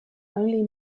only